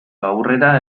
aurrera